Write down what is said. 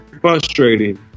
frustrating